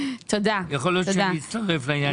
יכול להיות שאני אצטרף לעניין.